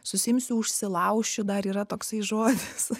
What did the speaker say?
susiimsiu užsilaušiu dar yra toksai žodis